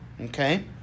Okay